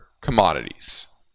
commodities